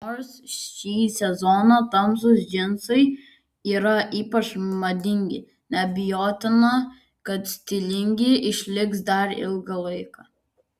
nors šį sezoną tamsūs džinsai yra ypač madingi neabejotina kad stilingi išliks dar ilgą laiką